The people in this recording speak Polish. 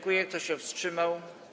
Kto się wstrzymał?